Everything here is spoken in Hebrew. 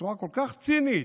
בצורה כל כך צינית,